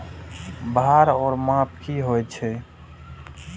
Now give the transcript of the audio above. भार ओर माप की होय छै?